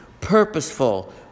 purposeful